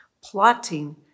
plotting